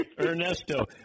Ernesto